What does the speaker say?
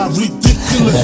ridiculous